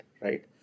right